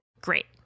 Great